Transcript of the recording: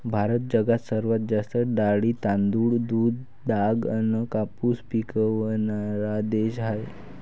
भारत जगात सर्वात जास्त डाळी, तांदूळ, दूध, ताग अन कापूस पिकवनारा देश हाय